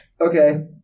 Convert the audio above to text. Okay